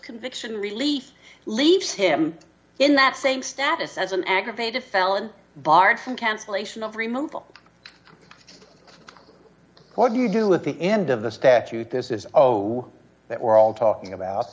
conviction relief leaves him in that same status as an aggravated felon barred from cancellation of remove all what do you do with the end of the statute this is zero that we're all talking about